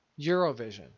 Eurovision